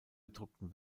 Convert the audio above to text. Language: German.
gedruckten